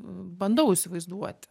bandau įsivaizduoti